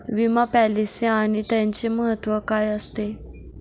विमा पॉलिसी आणि त्याचे महत्व काय आहे?